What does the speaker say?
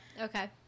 okay